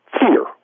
fear